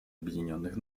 объединенных